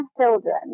children